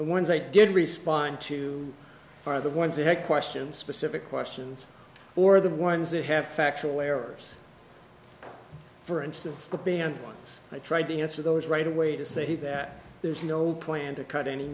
but once i did respond to are the ones that had questions specific questions or the ones that have factual errors for instance the band once i tried to answer those right away to say that there's no plan to cut any